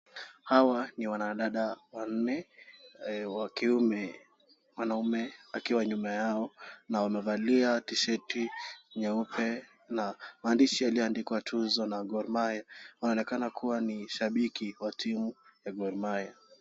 Hawa ni wanadada wannne mwanaume akiwa nyuma yao na wamevalia tisheti nyeupe na maandishi yaliyoandikwa Tuzo na Gor Mahia. Wanaonekana kuwa ni shabiki wa timu ya Gor Mahia.